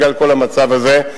בגלל כל המצב הזה.